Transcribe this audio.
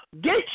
get